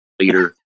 leader